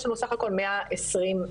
יש לנו סך הכול 120 בערך,